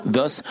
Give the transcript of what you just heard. Thus